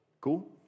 Cool